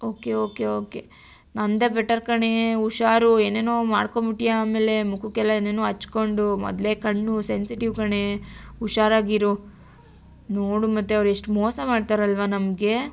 okay okay okay ನನ್ನದೆ better ಕಣೇ ಹುಷಾರು ಏನೇನೋ ಮಾಡ್ಕೊಂಬಿಟ್ಯ ಆಮೇಲೆ ಮುಖಕ್ಕೆಲ್ಲ ಏನೇನೋ ಹಚ್ಕೊಂಡು ಮೊದಲೆ ಕಣ್ಣು ಸೆನ್ಸಿಟಿವ್ ಕಣೇ ಹುಷಾರಾಗಿರು ನೋಡು ಮತ್ತೆ ಅವ್ರು ಎಷ್ಟು ಮೋಸ ಮಾಡ್ತರಲ್ಲವಾ ನಮಗೆ